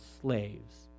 slaves